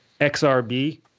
XRB